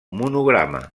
monograma